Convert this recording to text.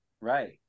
Right